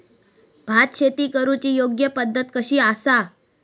भात शेती करुची योग्य पद्धत कशी आसा?